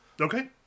Okay